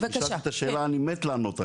שאלת שאלה שאני 'מת' לענות עליה.